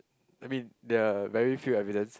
I mean there are very few evidence